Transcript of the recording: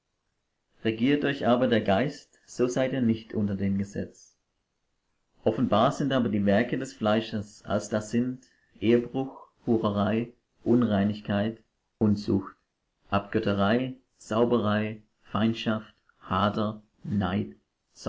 regiert euch aber der geist so seid ihr nicht unter dem gesetz offenbar sind aber die werke des fleisches als da sind ehebruch hurerei unreinigkeit unzucht abgötterei zauberei feindschaft hader neid